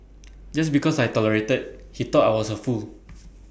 just because I tolerated he thought I was A fool